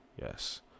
Yes